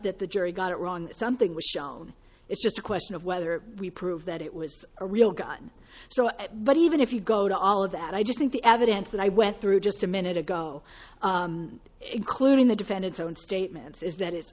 that the jury got it wrong something was shown it's just a question of whether we prove that it was a real gun so but even if you go to all of that i just think the evidence that i went through just a minute ago including the defendant's own statements is that it's